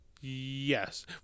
Yes